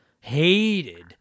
hated